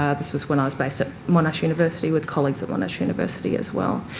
um this was when i was based at monash university with colleagues at monash university as well.